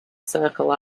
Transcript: circle